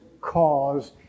cause